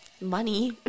money